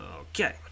Okay